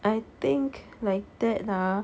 I think like that ah